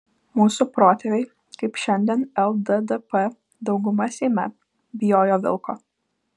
mūsų protėviai kaip šiandien lddp dauguma seime bijojo vilko